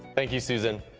thank you, susan.